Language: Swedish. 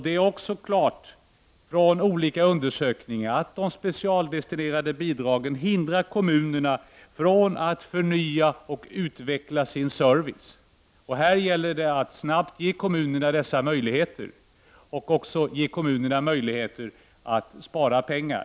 Det har också klart framgått av olika undersökningar att de specialdestinerade bidragen hindrar kommunerna från att utveckla och förnya sin service. Här gäller det att snabbt ge kommunerna dessa möjligheter och också att ge kommunerna möjligheter att spara pengar.